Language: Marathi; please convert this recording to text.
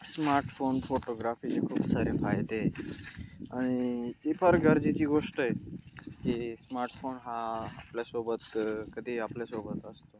स्मार्टफोन फोटोग्राफीचे खूप सारे फायदे आहे आणि ती फार गरजेची गोष्ट आहे की स्मार्टफोन हा आपल्यासोबत कधीही आपल्यासोबत असतो